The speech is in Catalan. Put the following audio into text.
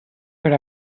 per